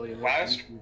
last